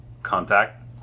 Contact